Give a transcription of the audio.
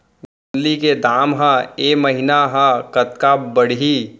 गोंदली के दाम ह ऐ महीना ह कतका बढ़ही?